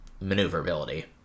maneuverability